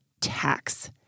tax